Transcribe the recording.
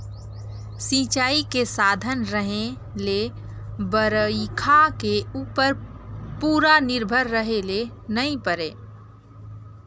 सिंचई के साधन रहें ले बइरखा के उप्पर पूरा निरभर रहे ले नई परे